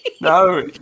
No